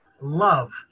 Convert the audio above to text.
Love